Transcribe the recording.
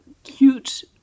cute